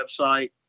website